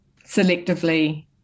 selectively